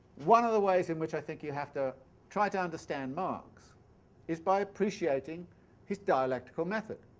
one of the ways in which i think you have to try to understand marx is by appreciating his dialectical method.